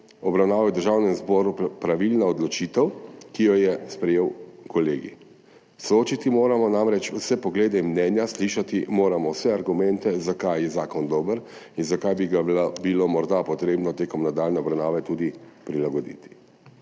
obravnave v Državnem zboru pravilna odločitev, ki jo je sprejel kolegij. Soočiti moramo namreč vse poglede in mnenja, slišati moramo vse argumente, zakaj je zakon dober in zakaj bi ga bilo morda potrebno tekom nadaljnje obravnave tudi prilagoditi.